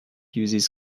uses